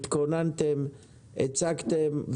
התכוננתם והצגתם.